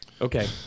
okay